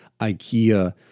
Ikea